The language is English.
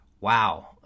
wow